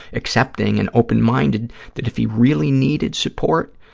accepting and open-minded that, if he really needed support,